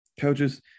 coaches